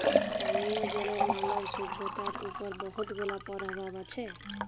পানীয় জলের মালব সইভ্যতার উপর বহুত গুলা পরভাব আছে